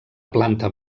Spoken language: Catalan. planta